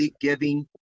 giving